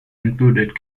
included